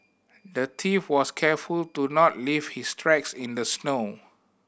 the thief was careful to not leave his tracks in the snow